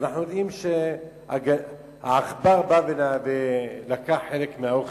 אז אנחנו יודעים שהעכבר בא ולקח חלק מהאוכל.